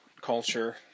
culture